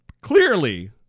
Clearly